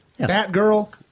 Batgirl